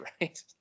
right